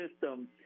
system